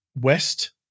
West